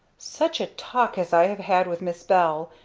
such a talk as i have had with miss bell!